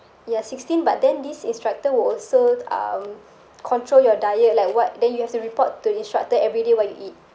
ya sixteen but then this instructor will also um control your diet like what then you have to report to instructor every day what you eat